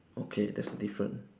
okay that's the different